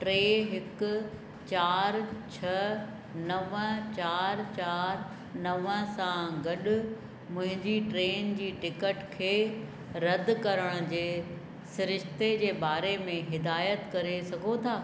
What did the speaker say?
टे हिकु चारि छह नव चारि चारि नव सां गॾु मुंहिंजी ट्रेन जी टिकट खे रद्द करण जे सिरिश्ते जे बारे में हिदाइतु करे सघो था